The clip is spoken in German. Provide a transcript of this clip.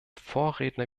vorredner